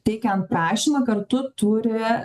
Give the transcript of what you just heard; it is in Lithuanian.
teikiant prašymą kartu turi